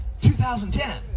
2010